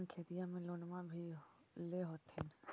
अपने खेतिया ले लोनमा भी ले होत्थिन?